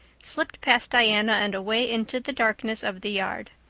slipped past diana and away into the darkness of the yard.